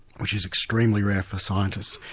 which is extremely rare for scientists.